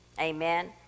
Amen